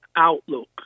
Outlook